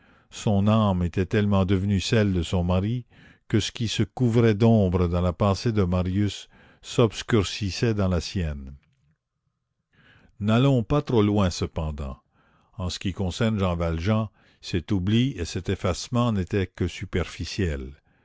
son âme était tellement devenue celle de son mari que ce qui se couvrait d'ombre dans la pensée de marius s'obscurcissait dans la sienne n'allons pas trop loin cependant en ce qui concerne jean valjean cet oubli et cet effacement n'étaient que superficiels